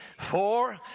four